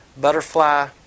butterfly